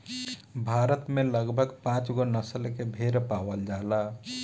भारत में लगभग पाँचगो नसल के भेड़ पावल जाला